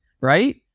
right